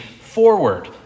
forward